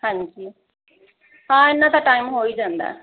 ਹਾਂਜੀ ਹਾਂ ਇੰਨਾ ਤਾਂ ਟਾਈਮ ਹੋ ਹੀ ਜਾਂਦਾ